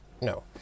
No